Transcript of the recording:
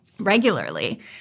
regularly